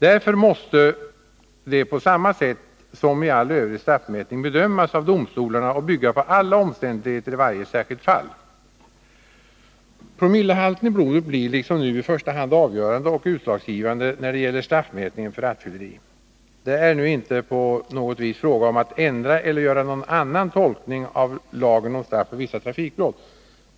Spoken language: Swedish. Därför måste detta, på samma sätt som i all övrig straffmätning, bedömas av domstolarna och bygga på alla omständigheter i varje särskilt fall. Promillehalten i blodet blir liksom nu i första hand avgörande och utslagsgivande när det gäller straffmätningen för rattfylleri. Det är nu inte på något vis fråga om att ändra tolkningen eller att göra någon annan tolkning av lagen om straff för vissa trafikbrott.